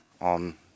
on